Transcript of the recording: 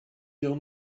your